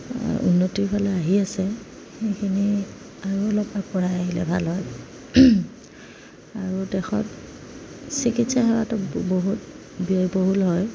উন্নতিৰ ফালে আহি আছে সেইখিনি আৰু অলপ বঢ়াই আহিলে ভাল হয় আৰু দেশত চিকিৎসা সেৱাটো বহুত ব্যয়বহুল হয়